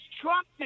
Trump